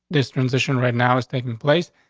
this transition right now is taking place.